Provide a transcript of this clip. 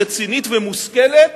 רצינית ומושכלת